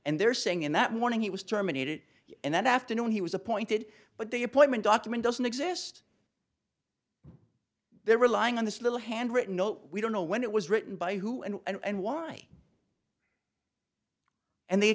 and they're saying in that morning he was terminated and that afternoon he was appointed but the appointment document doesn't exist they're relying on this little handwritten note we don't know when it was written by who and why and they